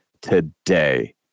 today